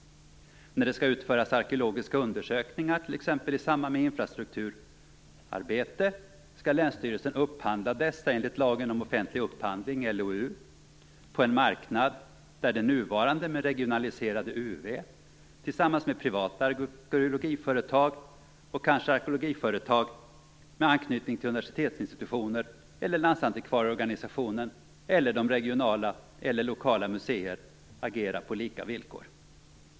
När det skall utföras arkeologiska undersökningar t.ex. i samband med infrastrukturarbete, skall länsstyrelsen upphandla dessa enligt lagen om offentlig upphandling, LOU, på en marknad där det nuvarande men regionaliserade UV tillsammans med privata arkeologiföretag och kanske arkeologiföretag med anknytning till universitetsinstitutioner, landsantikvarieorganisationen eller regionala och lokala museer agerar på lika villkor.